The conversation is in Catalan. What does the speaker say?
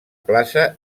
plaça